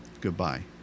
Goodbye